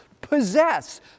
possess